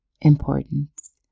importance